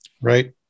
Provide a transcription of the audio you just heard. Right